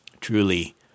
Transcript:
truly